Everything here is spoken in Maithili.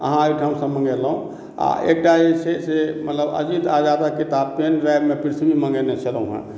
अहाँ ओहिठाम सॅं मॅंगेलहुॅं आ एकटा जे छै से मतलब अजीत आजादक किताब पेन ड्राइव मे पृथ्वी मॅंगेने छलहुॅं हॅं